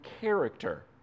character